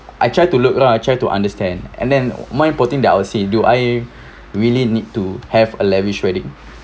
I try to look lah I try to understand and then more importantly that I will say do I really need to have a lavish wedding